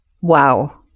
Wow